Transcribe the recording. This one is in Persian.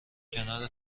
کنار